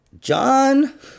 John